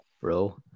bro